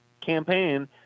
campaign